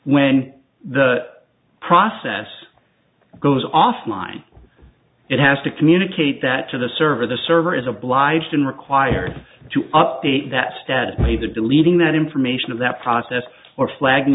when the process goes offline it has to communicate that to the server the server is obliged in required to update that status may the deleting that information of that process or flag